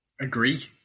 agree